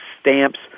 stamps